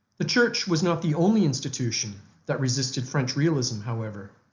the church was not the only institution that resisted french realism, however.